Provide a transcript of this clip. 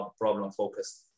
problem-focused